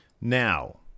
Now